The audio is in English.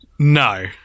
No